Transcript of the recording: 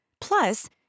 Plus